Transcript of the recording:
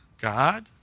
God